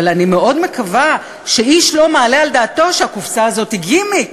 אבל אני מאוד מקווה שאיש לא מעלה על דעתו שהקופסה הזאת היא גימיק.